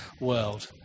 world